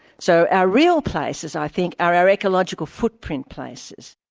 so our real places i think are our ecological footprint places.